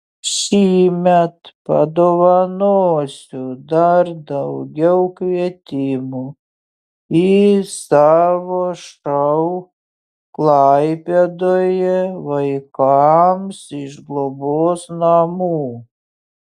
šįmet padovanosiu dar daugiau kvietimų į savo šou klaipėdoje vaikams iš globos namų